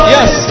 Yes